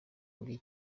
muri